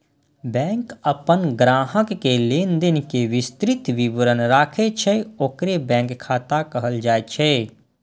bank अपन ग्राहक के लेनदेन के विस्तृत विवरण राखै छै, ओकरे बैंक खाता कहल जाइ छै